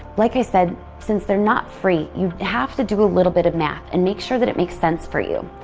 like i said, since they're not free, you have to do a little bit of math and make sure that it makes sense for you.